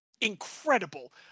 incredible